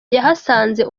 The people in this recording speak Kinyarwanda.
yahasanze